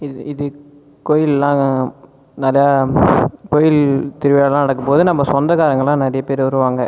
இது இது கோயில்லாம் நிறையா கோயில் திருவிழால்லாம் நடக்கும்போது நம்ம சொந்தக்காரங்கள்லா நிறையா பேர் வருவாங்க